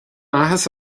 áthas